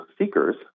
seekers